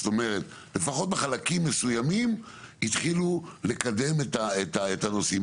לפחות בחלקים מסוימים התחילו לקדם את הנושאים,